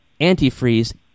antifreeze